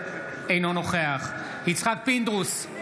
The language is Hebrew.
אינו נוכח יצחק פינדרוס,